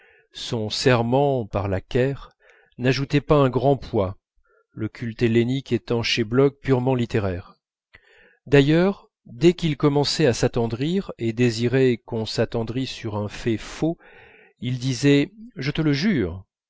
son serment par la ker n'ajoutait pas un grand poids le culte hellénique étant chez bloch purement littéraire d'ailleurs dès qu'il commençait à s'attendrir et désirait qu'on s'attendrît sur un fait faux il disait je te le jure